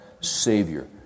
savior